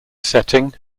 setting